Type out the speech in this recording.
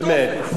תשמע, באמת.